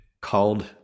called